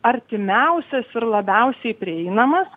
artimiausias ir labiausiai prieinamas